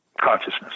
consciousness